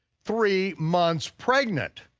three months pregnant.